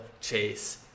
chase